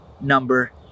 number